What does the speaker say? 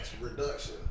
Reduction